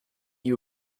you